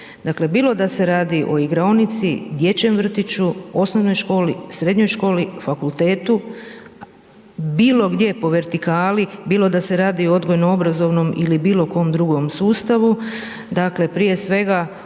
dakle, bilo da se radi o igraonici, dječjem vrtiću, osnovnoj školi, srednjoj školi, fakultetu, bilo gdje po vertikali, bilo da se radi o odgojno obrazovnom ili bilo kom drugom sustavu, dakle, prije svega,